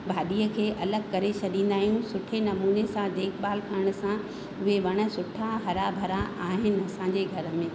भाॼीअ खे अलॻि करे छॾींदा आहियूं सुठे नमूने सां देखभालु करण सां उहे वण सुठा हरा भरा आहिनि असांजे घर में